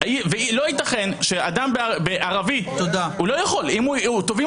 תודה רבה מר גליק.